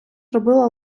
зробила